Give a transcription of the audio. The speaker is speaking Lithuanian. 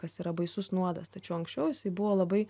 kas yra baisus nuodas tačiau anksčiau jisai buvo labai